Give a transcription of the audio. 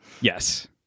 Yes